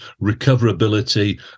recoverability